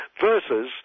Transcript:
versus